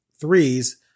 threes